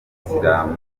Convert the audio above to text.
kisilamu